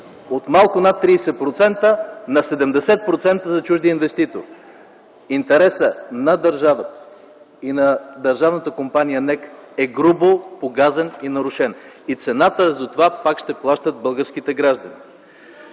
от малко над 30% на 70% за чуждия инвеститор! Интересът на държавата и на държавната компания НЕК е грубо погазен и нарушен. Цената за това пак ще плащат българските граждани.